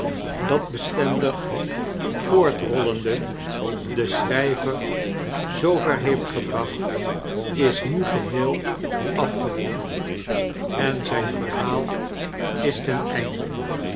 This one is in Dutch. dat bestendig voortrollende den schrijver zoover heeft gebracht is nu geheel afgewonden en zijn verhaal is ten einde